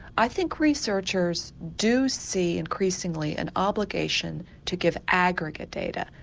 i think researchers do see increasingly an obligation to give aggregate data,